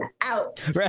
out